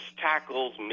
tackles